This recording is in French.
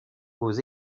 aux